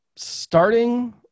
Starting